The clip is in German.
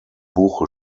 buche